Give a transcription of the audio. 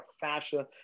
fascia